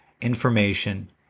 information